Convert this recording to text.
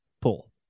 pull